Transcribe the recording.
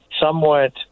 somewhat